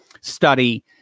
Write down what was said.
study